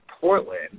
Portland